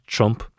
Trump